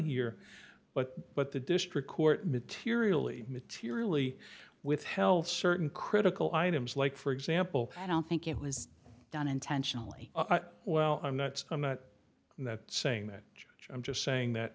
here but but the district court materially materially withheld certain critical items like for example i don't think it was done intentionally well i'm not i'm not saying that i'm just saying that